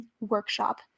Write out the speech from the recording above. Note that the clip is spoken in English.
workshop